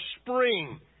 spring